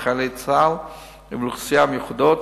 בחיילי צה"ל ובאוכלוסיות מיוחדות,